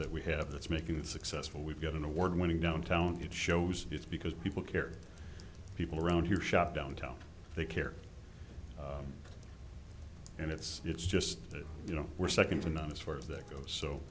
that we have that's making it successful we've got an award winning downtown it shows it's because people care people around here shop downtown they care and it's it's just you know we're second to none as far as that goes so